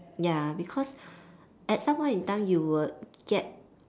ya because at some point in time you will get